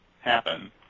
happen